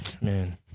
man